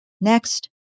Next